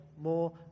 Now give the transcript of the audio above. more